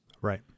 Right